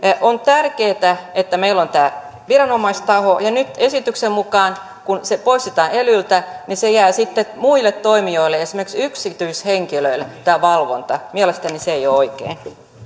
on tärkeätä että meillä on tämä viranomaistaho ja kun se nyt esityksen mukaan poistetaan elyltä niin tämä valvonta jää sitten muille toimijoille esimerkiksi yksityishenkilöille mielestäni se ei ole oikein